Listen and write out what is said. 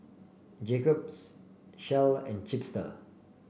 Jacob's Shell and Chipster